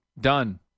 Done